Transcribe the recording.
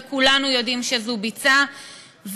וכולנו יודעים שזו ביצה,